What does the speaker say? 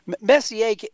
Messier